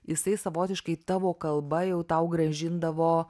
jisai savotiškai tavo kalba jau tau grąžindavo